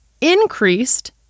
increased